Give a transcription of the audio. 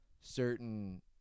certain